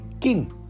king